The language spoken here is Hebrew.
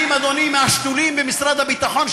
האם אדוני מהשתולים במשרד הביטחון,